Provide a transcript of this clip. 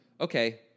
Okay